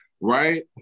right